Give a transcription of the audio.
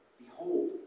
Behold